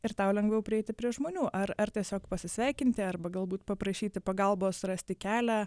ir tau lengviau prieiti prie žmonių ar ar tiesiog pasisveikinti arba galbūt paprašyti pagalbos rasti kelią